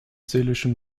seelischem